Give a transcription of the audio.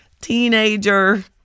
teenager